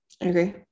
Agree